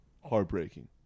heartbreaking